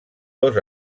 dos